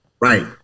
Right